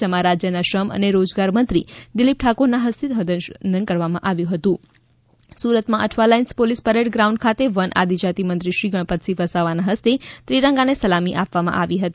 જેમાં રાજયના શ્રમ અને રોજગાર મંત્રી દિલીપ ઠાકોરના હસ્તેલ ધ્વાજવંદન કરવામાં આવ્યુંર હતું સુરત માં અઠવાલાઈન્સ પોલીસ પરેડ ગ્રાઉન્ડ ખાતે વન આદિજાતિ મંત્રીશ્રી ગણપતસિંહ વસાવાના હસ્તે ત્રિરંગાને સલામી આપવા આવી હતી